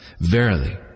Verily